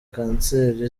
kanseri